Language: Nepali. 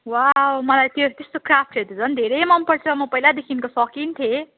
वाउ मलाई त्यो त्यस्तो क्राफ्टहरू त झन् धेरै मन पर्छ म पहिलादेखिको सोखिन थिएँ